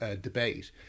debate